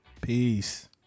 Peace